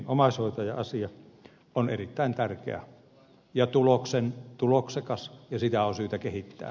omaishoitaja asia on erittäin tärkeä ja tuloksekas ja sitä on syytä kehittää